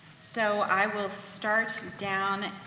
so i will start down,